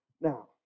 now